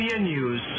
News